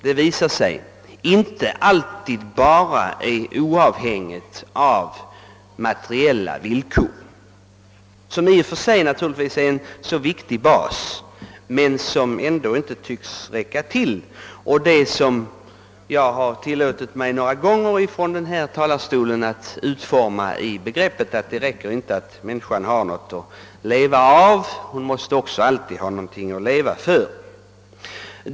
Det visar sig nämligen att levnadsstandarden inte alltid är avhängig endast av materiella villkor, vilka i och för sig naturligtvis är en viktig bas som dock inte tycks vara tillräcklig. Jag har några gånger från denna talarstol tillåtit mig att uttrycka det förhållandet med orden: det räcker inte att människan har något att leva av, hon måste också alltid ha någonting att leva för.